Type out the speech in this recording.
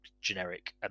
generic